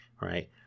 right